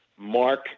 mark